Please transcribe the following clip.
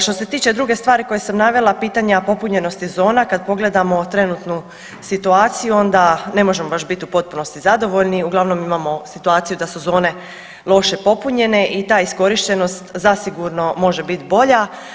Što se tiče druge stvari koje sam navela, pitanja popunjenosti zona kad pogledamo trenutnu situaciju onda ne možemo baš bit u potpunosti zadovoljni, uglavnom imamo situaciju da su zone loše popunjene i ta iskorištenost zasigurno može biti bolja.